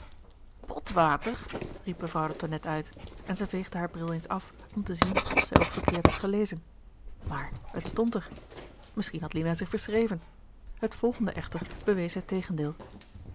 riep mevrouw de tonnette uit en zij veegde haar bril eens af om te zien of zij ook verkeerd had gelezen maar het stond er misschien had lina zich verschreven het volgende echter bewees het tegendeel